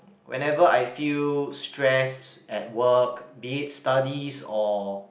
whenever I feel stressed at work be it studies or